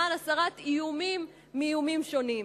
למען הסרת איומים מאיומים שונים.